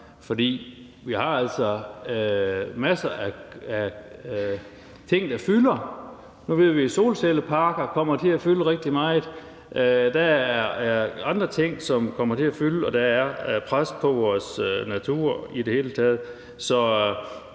for vi har altså masser af ting, der fylder. Nu ved vi, at solcelleparker kommer til at fylde rigtig meget. Der er andre ting, som kommer til at fylde. Og der er pres på vores natur i det hele taget.